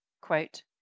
Quote